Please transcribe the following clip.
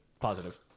Positive